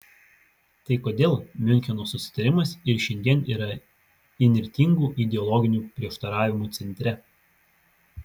tai kodėl miuncheno susitarimas ir šiandien yra įnirtingų ideologinių prieštaravimų centre